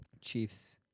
Chiefs